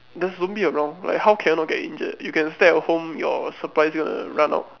there's zombie around like how can you not get injured you can stay at home your supply's gonna to run out